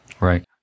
Right